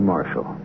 Marshall